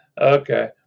Okay